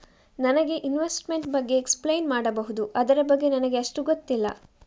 ನನಗೆ ಇನ್ವೆಸ್ಟ್ಮೆಂಟ್ ಬಗ್ಗೆ ಎಕ್ಸ್ಪ್ಲೈನ್ ಮಾಡಬಹುದು, ಅದರ ಬಗ್ಗೆ ನನಗೆ ಅಷ್ಟು ಗೊತ್ತಿಲ್ಲ?